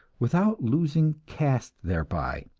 without losing caste thereby,